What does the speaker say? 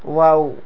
wow